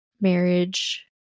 Marriage